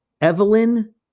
Evelyn